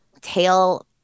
tail